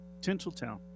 tinseltown